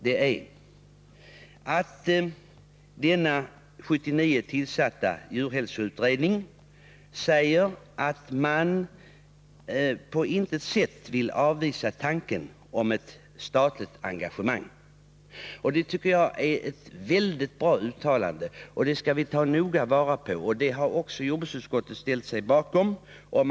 Den år 1979 tillsatta djurhälsoutredningen sade i en promemoria att man på intet sätt vill avvisa tanken på ett statligt engagemang. Det tycker jag är ett väldigt bra uttalande, och det skall vi ta noga vara på. Jordbruksutskottet har också ställt sig bakom det.